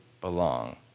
belong